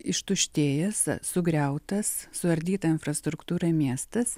ištuštėjęs sugriautas suardyta infrastruktūra miestas